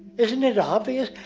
isn't it obvious?